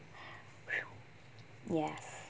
yes